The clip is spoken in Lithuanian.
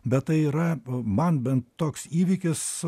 bet tai yra man bent toks įvykis